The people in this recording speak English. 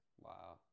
wow